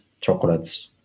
chocolates